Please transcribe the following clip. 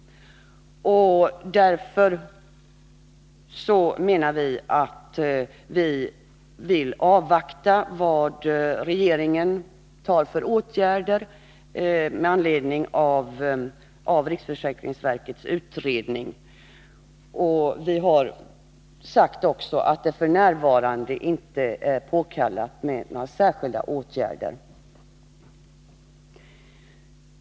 Därför vill vi avvakta för att se vilka åtgärder regeringen vidtar med anledning av riksförsäkringsverkets utredning. Vi har också sagt att det f. n. inte är påkallat med några särskilda åtgärder.